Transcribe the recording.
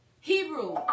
Hebrew